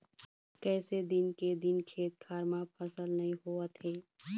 कइसे दिन के दिन खेत खार म फसल नइ होवत हे